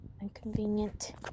inconvenient